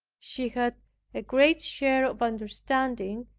she had a great share of understanding,